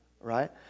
right